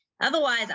otherwise